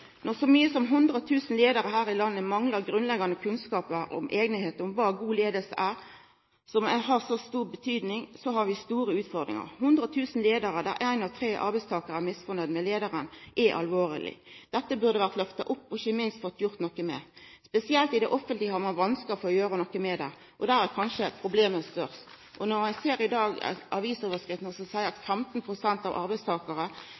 Når så mange som 100 000 leiarar her i landet manglar grunnleggjande kunnskapar om og evne til å utføra god leiing, som har så stor betydning, har vi store utfordringar – 100 000 leiarar og ein av tre arbeidstakarar er misnøgde – det er alvorleg. Dette burde ha vore lyfta opp og ikkje minst blitt gjort noko med. Spesielt i det offentlege har ein vanskar med å få gjort noko med det, og der er kanskje problemet størst. Når ein i dag ser avisoverskriftene som seier at 15 pst. av